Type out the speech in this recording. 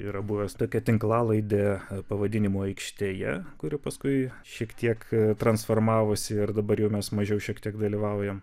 yra buvęs tokia tinklalaidė pavadinimu aikštėje kuri paskui šiek tiek transformavosi ir dabar jau mes mažiau šiek tiek dalyvaujam